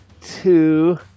two